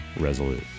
resolute